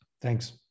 Thanks